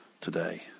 today